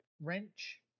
wrench